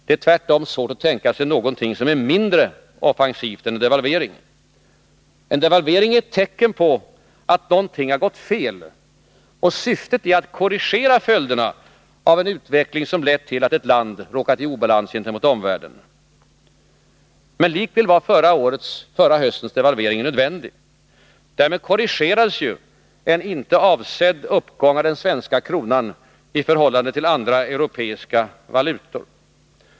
Det är tvärtom svårt att tänka sig något mindre offensivt. En devalvering är ett tecken på att något gått fel, och dess syfte är att korrigera följderna av en utveckling som lett till att ett land råkat i obalans gentemot omvärlden. Men förra höstens devalvering var nödvändig. Därmed korrigerades en inte avsedd uppgång av den svenska kronan i förhållande till andra europeiska valutor.